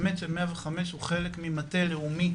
באמת ש-105 הוא חלק ממטה לאומי,